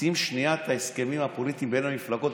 שים שנייה את ההסכמים הפוליטיים בין המפלגות,